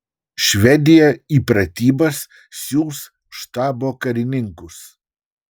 švedija į pratybas siųs štabo karininkus